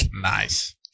nice